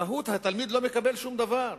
התלמיד לא מקבל שום דבר.